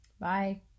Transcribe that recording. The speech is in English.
Bye